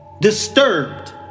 disturbed